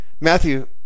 Matthew